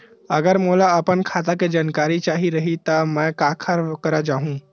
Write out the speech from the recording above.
अगर मोला अपन खाता के जानकारी चाही रहि त मैं काखर करा जाहु?